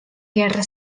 guerra